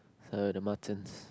so the Muttons